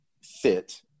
fit